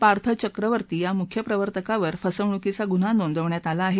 पार्थ चक्रवर्ती या मुख्य प्रवर्तकावर फसवणूकीचा गुन्हा नोंदवण्यात आला आहे